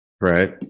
Right